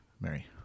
Mary